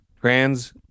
trans